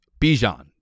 Bijan